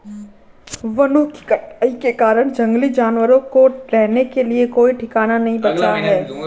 वनों की कटाई के कारण जंगली जानवरों को रहने के लिए कोई ठिकाना नहीं बचा है